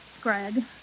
Greg